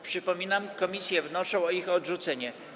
Przypominam, że komisje wnoszą o ich odrzucenie.